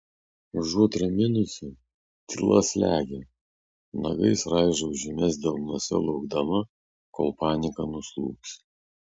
užuot raminusi tyla slegia nagais raižau žymes delnuose laukdama kol panika nuslūgs